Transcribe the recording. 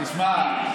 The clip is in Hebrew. תשמע,